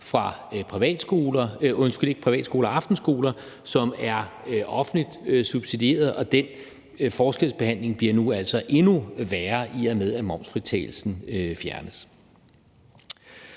er udsat for konkurrence fra aftenskoler, som er offentligt subsidieret, og den forskelsbehandling bliver altså nu endnu værre, i og med at momsfritagelsen fjernes.